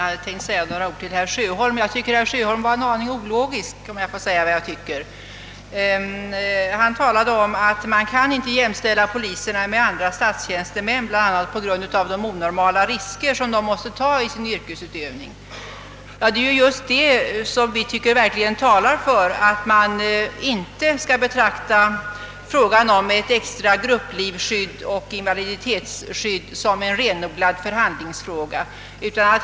Herr talman! Jag tycker att herr Sjöholm var en aning ologisk. Han talade om att man inte kan jämställa poliserna med andra statstjänstemän bl.a. på grund av de onormala risker de måste ta i sin yrkesutövning. Det är just det som enligt vår uppfattning verkligen talar för att man inte skall betrakta frågan om extra grupplivskydd och invaliditetsskydd som en renodlad förhandlingsfråga.